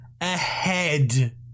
ahead